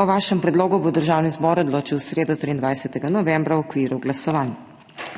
O vašem predlogu bo Državni zbor odločil v sredo, 23. novembra, v okviru glasovanj.